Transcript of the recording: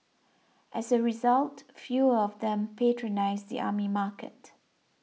as a result fewer of them patronise the army market